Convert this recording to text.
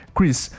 Chris